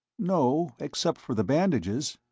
no, except for the bandages.